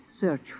search